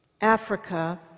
Africa